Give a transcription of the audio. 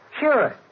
Sure